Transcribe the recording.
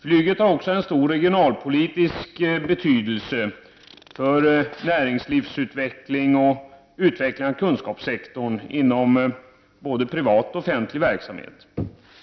Flyget har också en stor regionalpolitisk betydelse för näringslivsutveckling och utveckling av kunskapssektorn inom både privat och offentlig verksamhet.